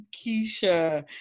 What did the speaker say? Keisha